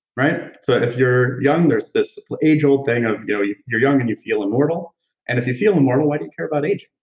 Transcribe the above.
right? so but if you're young, there's this age old thing of you're you're young and you feel immortal and if you feel immortal, why do you care about age?